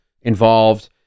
involved